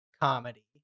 comedy